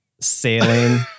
sailing